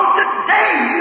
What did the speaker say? today